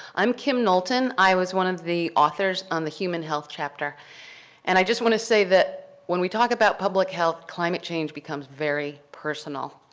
i'm kim knowlton. i was one of the authors on the human health chapter and i just want to that when we talk about public health, climate change becomes very personal.